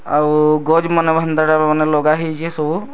ଆଉ ଗଛ୍ମାନେ ବି ହେନ୍ତାଟା ମାନେ ଲଗା ହେଇଛି ସବୁ